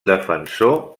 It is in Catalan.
defensor